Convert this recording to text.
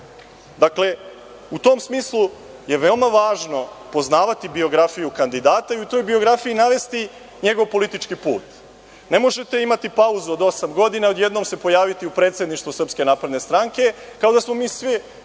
Srbije. Dakle, u tom smislu je veoma važno poznavati biografiju kandidata i u toj biografiji navesti njegov politički put. Ne možete imati pauzu od osam godina i odjednom se pojaviti u predsedništvu SNS, kao da smo svi